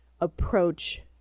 approach